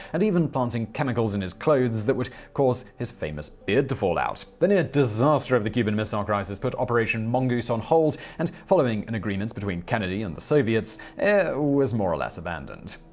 and even planting chemicals in his clothes that would cause his famous beard to fall out. the near-disaster of the cuban missile crisis put operation mongoose on hold, and following an agreement between kennedy and the soviets, it was more or less abandoned.